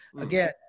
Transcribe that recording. Again